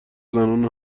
زنان